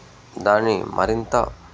దాన్ని మరింత